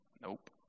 Nope